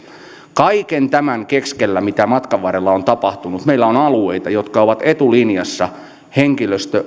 kaiken tämän keskellä mitä matkan varrella on tapahtunut meillä on alueita jotka ovat etulinjassa henkilöstö